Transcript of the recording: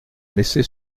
messey